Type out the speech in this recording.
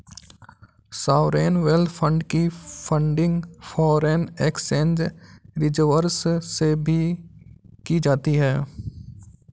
sovereign wealth fund की funding foreign exchange reserves से भी की जाती है